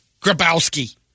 Grabowski